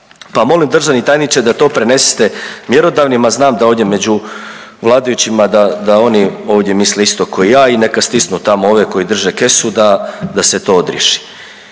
pa molim državni tajniče da to prenesete mjerodavnima. Znam da ovdje među vladajućima da, da oni ovdje misle isto ko i ja i neka stisnu tamo ove koji drže kesu da, da se to odriješi.